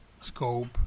scope